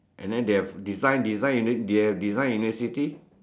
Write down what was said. and they have design design using they have design in the city